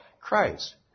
Christ